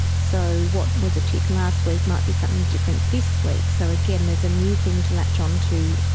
so what was a tic last week might be something different this week. so again, there's a new thing to latch onto.